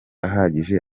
ahagije